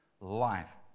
life